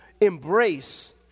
embrace